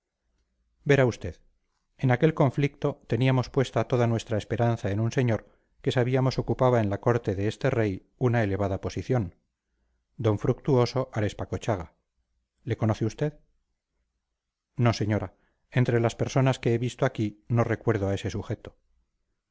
verá usted en aquel conflicto teníamos puesta toda nuestra esperanza en un señor que sabíamos ocupaba en la corte de este rey una elevada posición d fructuoso arespacochaga le conoce usted no señora entre las personas que he visto aquí no recuerdo a ese sujeto